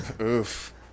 Oof